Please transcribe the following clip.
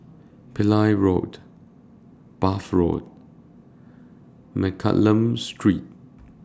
Pillai Road Bath Road and Mccallum Street